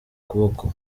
kuboko